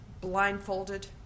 blindfolded